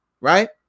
right